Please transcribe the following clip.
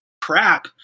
crap